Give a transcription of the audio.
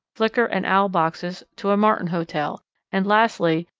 flicker and owl boxes, to a martin hotel and, lastly,